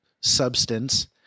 substance